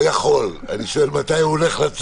אז זה לא איזשהו תיקון קטן שאנחנו